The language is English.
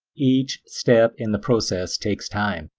each step in the process takes time,